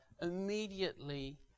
immediately